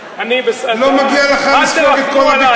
לא מגיע לך לספוג את כל הביקורת.